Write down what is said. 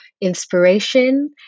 inspiration